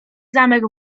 zamek